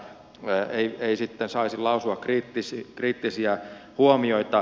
hyvä ei sitten saisi lausua kriittisiä huomioita